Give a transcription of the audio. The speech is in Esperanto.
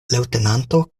leŭtenanto